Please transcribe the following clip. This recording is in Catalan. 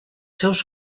seus